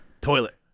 toilet